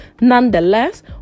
Nonetheless